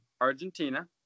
Argentina